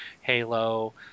Halo